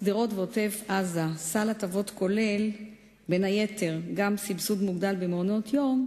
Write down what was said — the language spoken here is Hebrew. שדרות ועוטף-עזה סל הטבות הכולל בין היתר סבסוד מוגדל במעונות-יום,